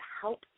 help